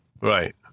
Right